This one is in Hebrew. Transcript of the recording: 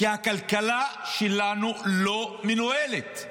כי הכלכלה שלנו לא מנוהלת.